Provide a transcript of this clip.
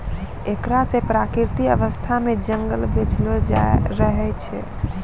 एकरा से प्राकृतिक अवस्था मे जंगल बचलो रहै छै